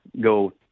go